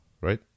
right